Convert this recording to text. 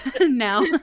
now